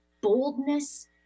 boldness